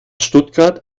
stuttgart